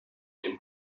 dem